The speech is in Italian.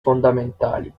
fondamentali